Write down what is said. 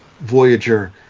Voyager